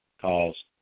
calls